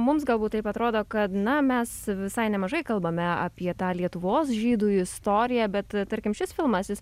mums galbūt taip atrodo kad na mes visai nemažai kalbame apie tą lietuvos žydų istoriją bet tarkim šis filmas jis